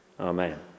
Amen